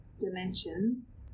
dimensions